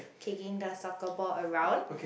kicking the soccer ball around